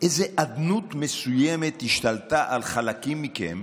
שאיזו אדנות מסוימת השתלטה על חלקים מכם,